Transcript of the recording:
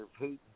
Putin